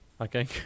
Okay